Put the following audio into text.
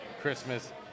Christmas